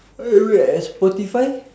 at spotify